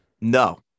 No